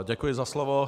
Děkuji za slovo.